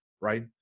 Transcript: right